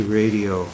radio